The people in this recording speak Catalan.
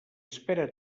espera